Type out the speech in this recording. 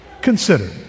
Consider